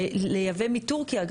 ולייבא מטורקיה,